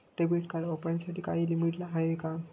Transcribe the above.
Debit card वापरण्यासाठी काही limit आहे का?